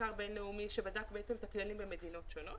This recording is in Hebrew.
בין-לאומי שבדק את הכללים במדינות השונות.